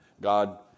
God